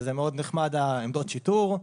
וזה מאוד נחמד עמדות השיטור,